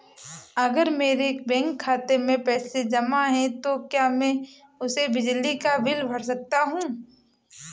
अगर मेरे बैंक खाते में पैसे जमा है तो क्या मैं उसे बिजली का बिल भर सकता हूं?